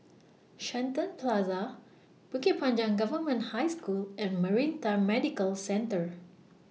Shenton Plaza Bukit Panjang Government High School and Maritime Medical Centre